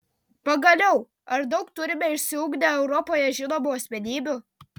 pagaliau ar daug turime išsiugdę europoje žinomų asmenybių